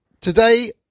today